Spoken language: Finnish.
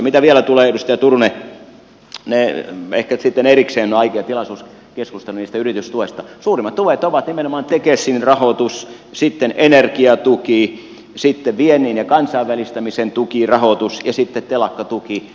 mitä vielä tukiin tulee edustaja turunen ehkä sitten erikseen on aikaa ja tilaisuus keskustella niistä yritystuista suurimmat tuet ovat nimenomaan tekesin rahoitus sitten energiatuki sitten viennin ja kansainvälistämisen tukirahoitus ja sitten telakkatuki